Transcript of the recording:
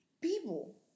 people